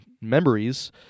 memories